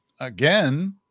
again